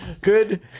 good